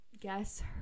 guess